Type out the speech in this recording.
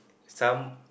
some